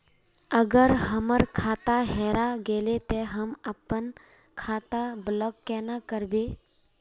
अगर हमर खाता हेरा गेले ते हम अपन खाता ब्लॉक केना करबे?